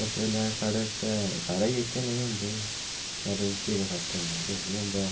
उस वेल्लै साढ़े आस्तै सारे ही इक्कै नेह् होंदे हे सारे केह् फर्क होंदा हा किश नि होंदा